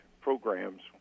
programs